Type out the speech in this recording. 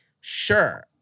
sure